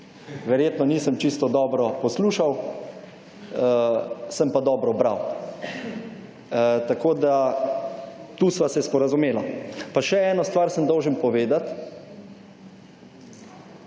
verjetno nisem čisto dobro poslušal, sem pa dobro bral. Tako da tu sva se sporazumela. Pa še eno stvar sem dolžan povedati.